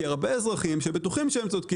כי הרבה אזרחים שבטוחים שהם צודקים,